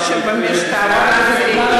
אחרי שש שנים שהמשטרה הייתה,